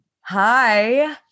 hi